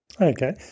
Okay